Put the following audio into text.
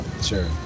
Sure